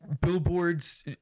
Billboards